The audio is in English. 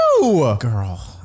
girl